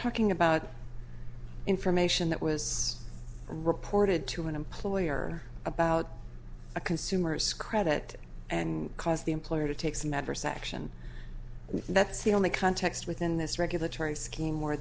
talking about information that was reported to an employer about a consumer's credit and cause the employer to take some adverse action and that's the only context within this regulatory scheme or